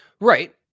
right